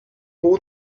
all